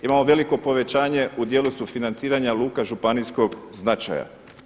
Imamo veliko povećanje u dijelu sufinanciranja luka županijskog značaja.